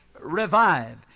revive